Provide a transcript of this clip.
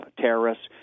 terrorists